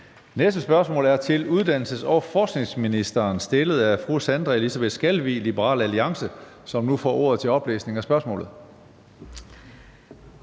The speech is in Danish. Næste spørgsmål er til uddannelses- og forskningsministeren, stillet af fru Sandra Elisabeth Skalvig, Liberal Alliance. Kl. 14:59 Spm. nr.